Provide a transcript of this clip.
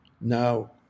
Now